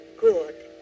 Good